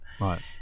right